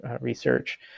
research